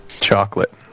Chocolate